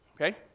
Okay